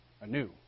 anew